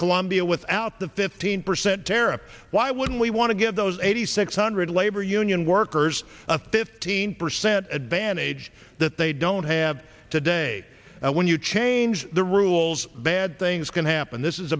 colombia without the fifteen percent tariff why would we want to give those eighty six hundred labor union workers a fifteen percent advantage that they don't have today and when you change the rules bad things can happen this is